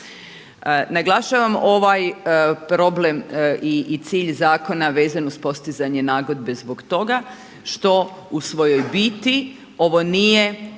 Naglašavam ovaj problem i cilj zakona vezan uz postizanje nagodbe zbog toga što u svojoj biti ovo nije